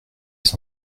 les